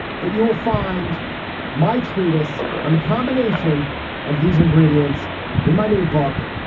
but you will find my treatise on the combination of these ingredients in my new book.